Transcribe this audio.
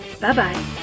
Bye-bye